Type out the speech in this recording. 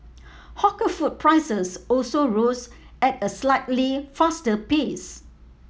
hawker food prices also rose at a slightly faster pace